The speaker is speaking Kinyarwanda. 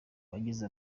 bagize